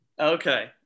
Okay